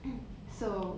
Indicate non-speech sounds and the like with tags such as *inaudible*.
*coughs* so